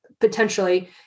potentially